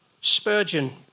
Spurgeon